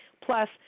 plus